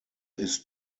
ist